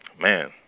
man